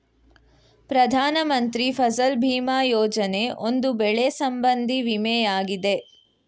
ಪ್ರಧಾನ ಮಂತ್ರಿ ಫಸಲ್ ಭೀಮಾ ಯೋಜನೆ, ಒಂದು ಬೆಳೆ ಸಂಬಂಧಿ ವಿಮೆಯಾಗಿದೆ